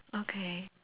okay